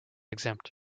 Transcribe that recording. exempt